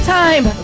time